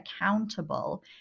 accountable